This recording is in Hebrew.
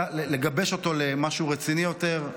לגבש אותו למשהו רציני יותר,